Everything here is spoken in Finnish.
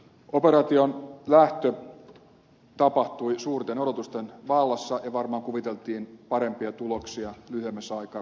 operaatioon lähtö tapahtui suurten odotusten vallassa ja varmaan kuviteltiin parempia tuloksia lyhyemmässä ajassa kuin mitä nyt on nähty